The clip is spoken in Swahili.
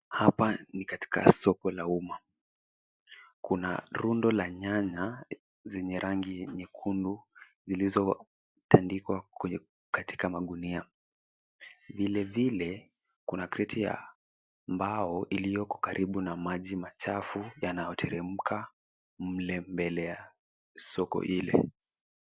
Hapa ni katika soko la umma. Kuna rundo la nyanya zenye rangi nyekundu zilizotandikwa katika magunia. Vile vile kuna kreti ya mbao iliyoko karibu na maji machafu yanayormteremka mle mbele ya soko ile.